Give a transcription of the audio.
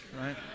right